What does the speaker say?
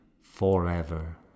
forever